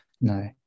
no